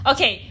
Okay